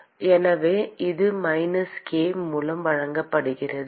எனவே இது minus K மூலம் வழங்கப்படுகிறது